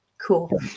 Cool